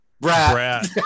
brat